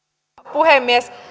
puhemies